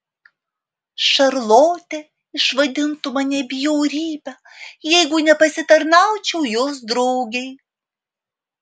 šarlotė išvadintų mane bjaurybe jeigu nepasitarnaučiau jos draugei